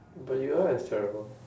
but you are as terrible